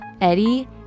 Eddie